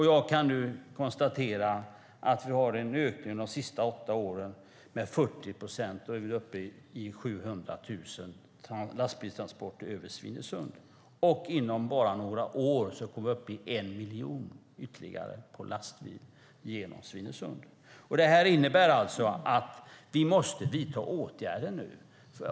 Jag kan konstatera att vi de senaste åtta åren fått en ökning med 40 procent och nu är uppe i 700 000 lastbilstransporter över Svinesund. Inom bara några år kommer vi att vara uppe i en miljon lastbilstransporter över Svinesund. Det betyder att vi måste vidta åtgärder nu.